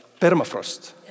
permafrost